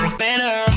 better